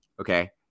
Okay